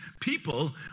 People